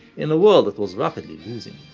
in a world that was rapidly losing